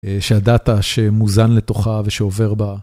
שהדאטה שמוזן לתוכה ושעובר בה.